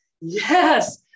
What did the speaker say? yes